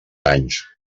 anys